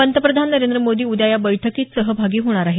पंतप्रधान नरेंद्र मोदी उद्या या बैठकीत सहभागी होणार आहेत